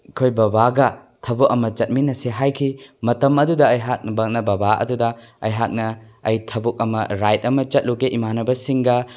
ꯑꯩꯈꯣꯏ ꯕꯕꯥꯒ ꯊꯕꯛ ꯑꯃ ꯆꯠꯃꯤꯟꯅꯁꯦ ꯍꯥꯏꯈꯤ ꯃꯇꯝ ꯑꯗꯨꯗ ꯑꯩꯍꯥꯛꯅ ꯕꯕꯥ ꯑꯗꯨꯗ ꯑꯩꯍꯥꯛꯅ ꯑꯩ ꯊꯕꯛ ꯑꯃ ꯔꯥꯏꯠ ꯑꯃ ꯆꯠꯂꯨꯒꯦ ꯏꯃꯥꯟꯅꯕꯁꯤꯡꯒ